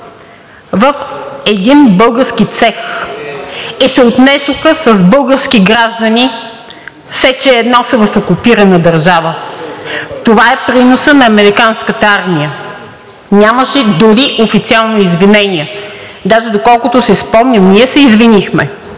в един български цех и се отнесоха с български граждани все едно са в окупирана държава. Това е приносът на американската армия. Нямаше дори официални извинения. Даже, доколкото си спомням, ние се извинихме,